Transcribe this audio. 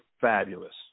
fabulous